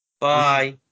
Bye